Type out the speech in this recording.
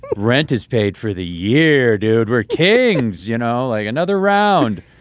rent is paid for the year dude we're kings you know like another round.